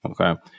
okay